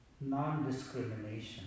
non-discrimination